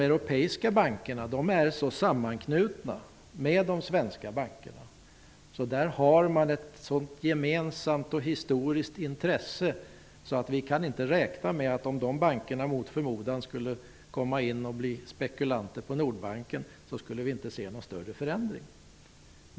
De europeiska bankerna är ju så sammanknutna med de svenska bankerna att det finns ett gemensamt historiskt intresse. Vi kan därför inte räkna med att vi, om de bankerna mot förmodan blev spekulanter på Nordbanken, skulle se någon större förändring.